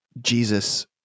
Jesus